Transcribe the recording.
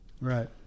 Right